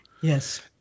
Yes